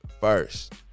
first